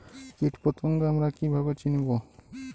কীটপতঙ্গ আমরা কীভাবে চিনব?